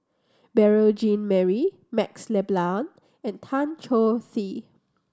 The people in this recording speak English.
Beurel Jean Marie MaxLe Blond and Tan Choh Tee